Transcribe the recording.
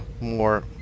more